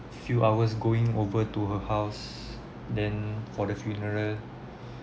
few hours going over to her house then for the funeral